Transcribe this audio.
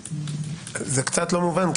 זה קצת לא מובן.